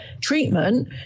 treatment